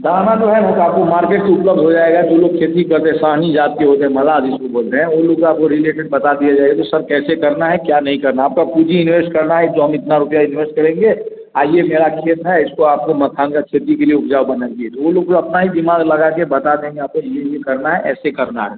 दाना तो है वो तो आपको मार्केट से उपलब्ध हो जाएगा जो लोग खेती कर रहे साहनी जात के होते हैं मलाह जिसको बोलते हैं वो लोग को आपको रिलेटेड बता दिया जाएगा कि सब कैसे करना है क्या नहीं करना आपका पूँजी इंवेस्ट करना है जो हम इतना रुपये इंवेस्ट करेंगे और ये मेरा खेत है इसको आपको मखान का खेती के लिए उपजाऊ बनाइए वो लोग अपना ही दिमाग़ लगा के बता देंगे आपको ये ये करना है ऐसे करना है